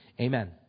Amen